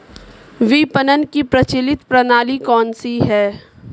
विपणन की प्रचलित प्रणाली कौनसी है?